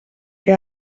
que